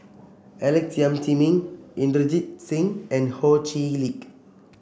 Alex Yam Ziming Inderjit Singh and Ho Chee Lick